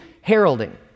heralding